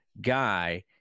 guy